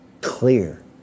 clear